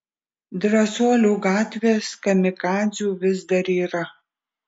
drąsuolių gatvės kamikadzių vis dar yra